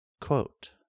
Quote